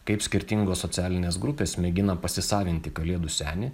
kaip skirtingos socialinės grupės mėgina pasisavinti kalėdų senį